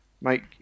make